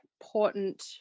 important